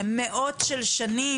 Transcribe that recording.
מאות של שנים,